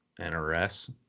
NRS